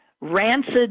Rancid